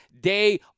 day